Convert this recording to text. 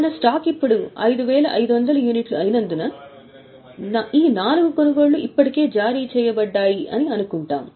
మన స్టాక్ ఇప్పుడు 5500 అయినందున ఈ నాలుగు కొనుగోళ్లు ఇప్పటికే జారీ చేయబడ్డాయి అని అనుకుంటాము